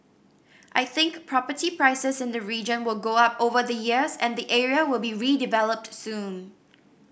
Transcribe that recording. I think property prices in the region will go up over the years and the area will be redeveloped soon